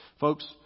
Folks